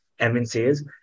MNCs